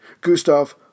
Gustav